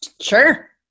Sure